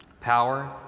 power